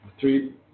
three